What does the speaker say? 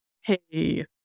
hey